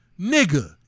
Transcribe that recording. nigga